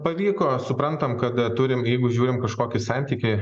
pavyko suprantam kada turim jeigu žiūrim kažkokį santykį